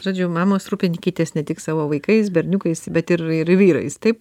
žodžiu mamos rūpinkitės ne tik savo vaikais berniukais bet ir ir vyrais taip